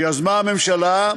שיזמה הממשלה,